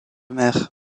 mer